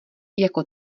jako